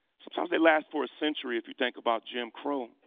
sometimes they last for a century, if you think about jim crow.